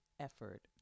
effort